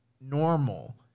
normal